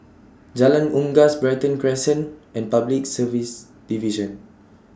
Jalan Unggas Brighton Crescent and Public Service Division